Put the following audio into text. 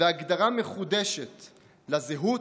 והגדרה מחודשת לזהות,